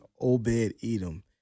Obed-Edom